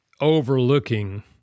overlooking